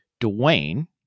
Dwayne